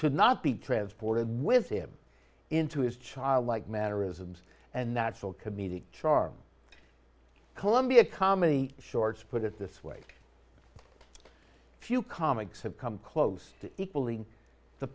o not be transported with him into his childlike matter isn't and natural comedic charm columbia comedy shorts put it this way few comics have come close to equaling the